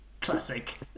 Classic